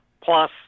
Plus